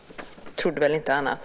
Jag trodde väl inte annat.